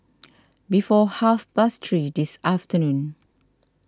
before half past three this afternoon